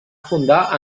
fundar